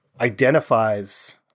identifies